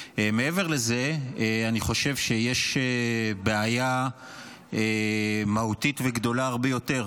בגלל שיש לו בעיה נפשית או בגלל שיש לו בעיה רפואית אחרת.